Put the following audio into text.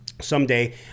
someday